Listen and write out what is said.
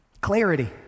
Clarity